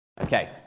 Okay